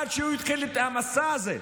עד שהוא התחיל את המסע הזה,